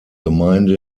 gemeinde